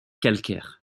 calcaire